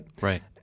right